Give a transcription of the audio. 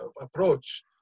approach